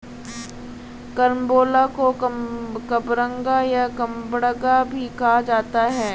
carambola को कबरंगा या कबडंगा भी कहा जाता है